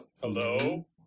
Hello